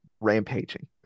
rampaging